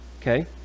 Okay